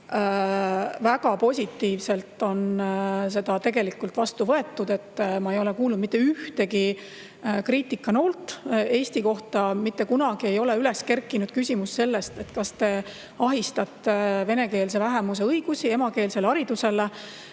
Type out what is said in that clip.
Väga positiivselt on seda vastu võetud, ma ei ole kuulnud mitte ühtegi kriitikanoolt Eesti kohta. Mitte kunagi ei ole üles kerkinud küsimust, kas te ahistate venekeelse vähemuse õigust emakeelsele haridusele.